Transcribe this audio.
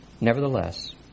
Nevertheless